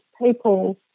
people